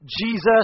Jesus